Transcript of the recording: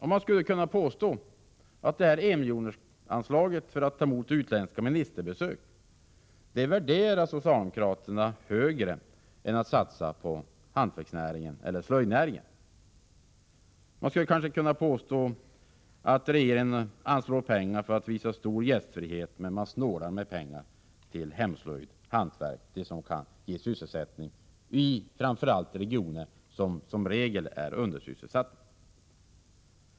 Man skulle kunna påstå att socialdemokraterna värderar det här enmiljonsanslaget för att ta emot utländska ministerbesök högre än att satsa på hantverksnäringen eller slöjdnäringen. Man skulle kanske kunna påstå att regeringen anslår pengar för att visa stor gästfrihet men snålar med pengar till hemslöjd och hantverk, det som kan ge sysselsättning framför allt i regioner vilka som regel är undersysselsatta.